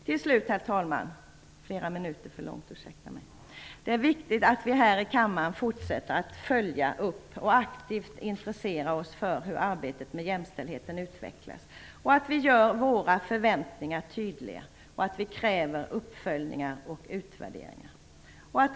Till slut, herr talman, vill jag säga att det är viktigt att vi här i kammaren fortsätter att följa upp och aktivt intressera oss för hur arbetet med jämställdheten utvecklas, att vi gör våra förväntningar tydliga och att vi kräver uppföljningar och utvärderingar.